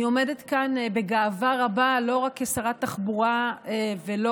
אני עומדת כאן בגאווה רבה לא רק כשרת תחבורה ולא